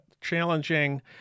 challenging